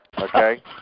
Okay